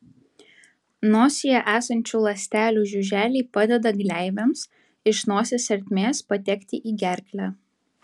nosyje esančių ląstelių žiuželiai padeda gleivėms iš nosies ertmės patekti į gerklę